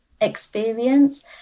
experience